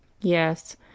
Yes